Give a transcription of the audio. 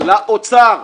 לאוצר.